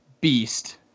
beast